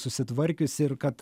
susitvarkiusi ir kad